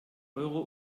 euro